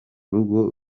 rugo